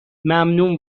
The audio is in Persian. ممنون